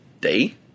Day